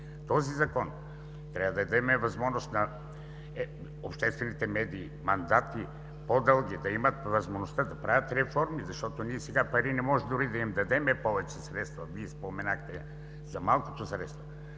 този закон трябва да дадем възможност на обществените медии за по-дълги мандати, да имат възможността да правят реформи, защото сега не можем дори да им дадем повече средства. Вие споменахте за малкото средства,